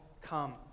come